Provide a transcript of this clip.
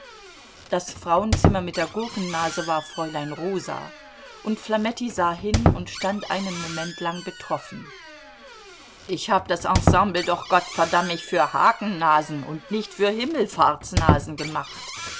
das frauenzimmer mit der gurkennase war fräulein rosa und flametti sah hin und stand einen moment lang betroffen ich hab das ensemble doch gott verdamm mich für hakennasen und nicht für himmelfahrtsnasen gemacht